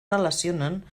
relacionen